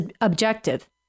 objective